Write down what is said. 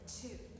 two